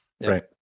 Right